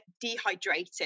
dehydrated